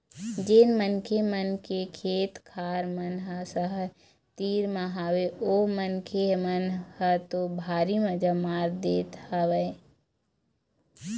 जेन मनखे मन के खेत खार मन ह सहर तीर म हवय ओ मनखे मन ह तो भारी मजा मार दे हवय